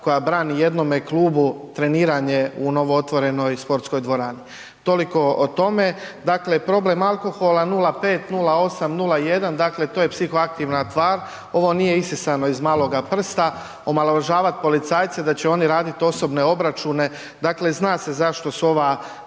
koja brani jednome klubu treniranje u novootvorenoj sportskoj dvorani. Toliko o tome, dakle problem alkohola 0,5, 0,8, 0,1, dakle to je psihoaktivna tvar, ovo nije isisano iz maloga prsta. Omalovažavat policajce da će oni raditi osobne obračune, dakle zna se zašto su ova